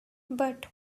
but